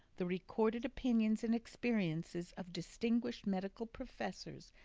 the recorded opinions and experiences of distinguished medical professors,